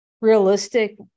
realistic